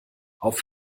auf